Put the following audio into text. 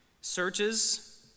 searches